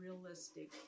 realistic